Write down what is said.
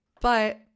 But-